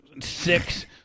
Six